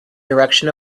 direction